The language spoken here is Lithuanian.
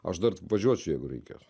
aš dar važiuosiu jeigu reikės